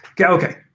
Okay